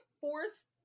force